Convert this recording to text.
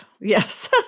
Yes